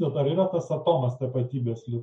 bet ar yra tas atomas tapatybės lyg